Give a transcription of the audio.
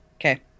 okay